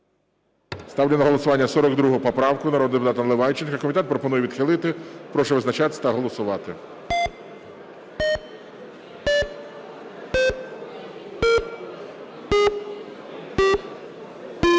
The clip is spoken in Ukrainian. Ставлю на голосування 42 поправку народного депутата Наливайченка. Комітет пропонує відхилити. Прошу визначатись та голосувати.